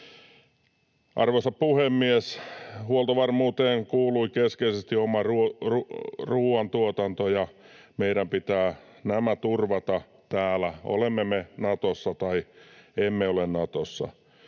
Arvoisa puhemies! Huoltovarmuuteen kuuluu keskeisesti oma ruuantuotanto, ja meidän pitää se turvata täällä, olemme Natossa tai emme ole Natossa.